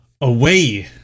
Away